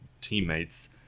teammates